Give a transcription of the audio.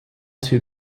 two